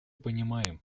помним